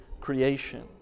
creation